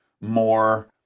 more